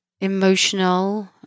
emotional